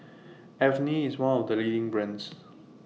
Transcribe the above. Avene IS one of The leading brands